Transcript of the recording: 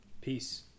Peace